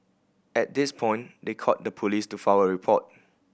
at this point they called the police to file a report